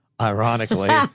Ironically